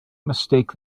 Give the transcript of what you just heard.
mistake